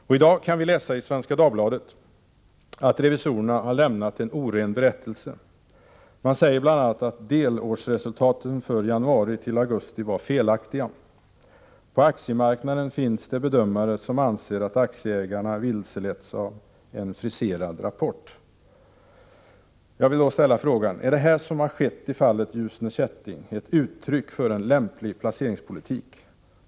I dag kan vi läsa i Svenska Dagbladet att revisorerna har avlämnat en kritisk berättelse. De säger bl.a. att delårsresultaten för januari-augusti var felaktiga. På aktiemarknaden finns det bedömare som anser att aktieägarna vilseletts av en friserad rapport. Jag vill ställa frågan: Är det som har hänt i fallet Ljusne Kätting uttryck för en lämplig placeringspolitik?